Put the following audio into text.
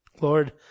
Lord